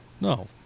No